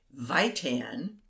Vitan